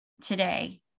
today